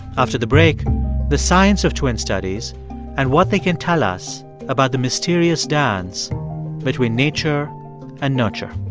after the break the science of twin studies and what they can tell us about the mysterious dance between nature and nurture